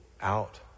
out